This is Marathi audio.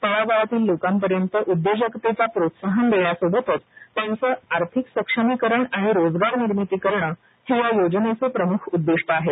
तळागाळातील लोकांपर्यंत उद्योजकतेला प्रोत्साहन देण्यासोबतच त्यांचे आर्थिक सक्षमीकरण आणि रोजगारनिर्मिती करणे हे या योजनेचे प्रमुख उद्दिष्ट आहे